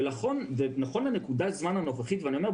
ונכון לנקודת הזמן הנוכחית ואני אומר,